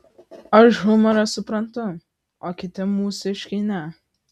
aš humorą suprantu o kiti mūsiškiai ne